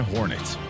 Hornets